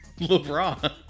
LeBron